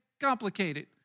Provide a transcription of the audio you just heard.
complicated